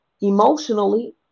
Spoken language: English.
emotionally